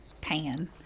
Pan